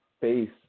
face